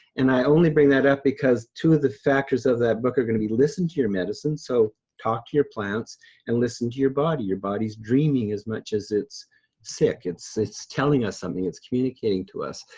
and i only bring that up because two of the factors of that book are gonna be listen to your medicine. so talk to your plants and listen to your body. your body's dreaming as much as it's sick. it's it's telling us something, it's communicating to us.